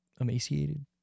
Emaciated